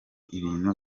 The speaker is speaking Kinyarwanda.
ibintu